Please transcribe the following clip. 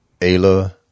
Ayla